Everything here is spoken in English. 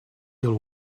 till